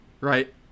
Right